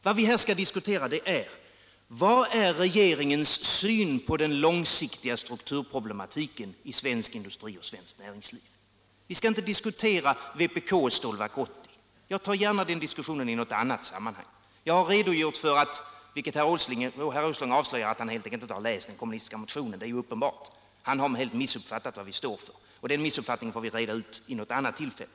Vad vi här skall diskutera är: Vilken är regeringens syn på den lång — Nr 48 siktiga strukturproblematiken i svensk industri och svenskt näringsliv? Vi skall inte diskutera vpk:s Stålverk 80 — men jag tar gärna den diskussionen i något annat sammanhang. Herr Åsling avslöjar ju att han. = helt enkelt inte har läst den kommunistiska motionen; det är uppenbart. — Om strukturproble Han har helt missuppfattat vad vi står för, och den missuppfattningen - men inom svenskt får vi reda ut vid ett annat tillfälle.